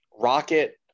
rocket